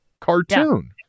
cartoon